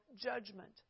judgment